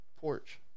porch